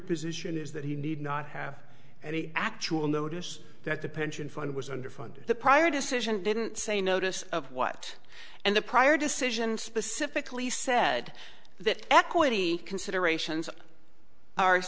position is that he need not have any actual notice that the pension fund was under funded the prior decision didn't say notice of what and the prior decision specifically said that equity considerations